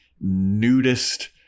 nudist